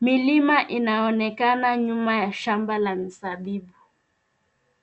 Milima inaonekana nyuma ya shamba la mizabibu.